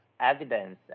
evidence